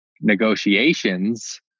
negotiations